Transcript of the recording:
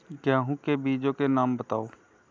गेहूँ के बीजों के नाम बताओ?